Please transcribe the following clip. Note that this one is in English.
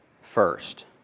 first